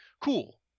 cool